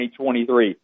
2023